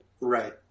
Right